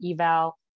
eval